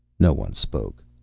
no one spoke.